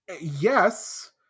Yes